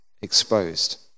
exposed